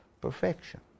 perfection